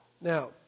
Now